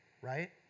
right